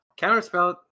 Counterspell